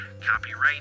copyright